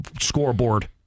Scoreboard